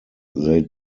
they